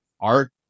art